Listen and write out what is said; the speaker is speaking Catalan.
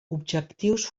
objectius